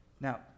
Now